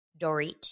Dorit